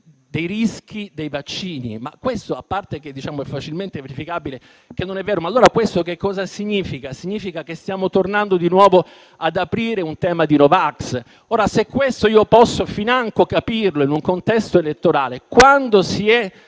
dei rischi dei vaccini: a parte che questo è facilmente verificabile che non è vero, ma allora ciò che significa? Significa che stiamo tornando di nuovo ad aprire un tema no vax? Ora, se questo io posso capirlo in un contesto elettorale, quando si è